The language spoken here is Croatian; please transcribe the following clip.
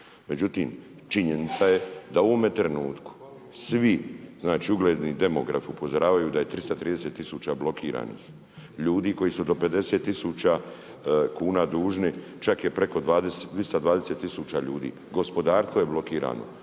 Međutim, činjenica je da u ovome trenutku, svi, znači ugledni demografi upozoravaju da je 330 tisuću blokiranih ljudi, koji su do 50 tisuća kuna dužni, čak je 220 tisuća ljudi. Gospodarstvo je blokirano.